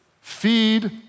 feed